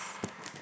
yes